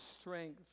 strength